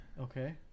Okay